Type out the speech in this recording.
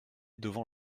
devant